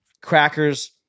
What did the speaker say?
Crackers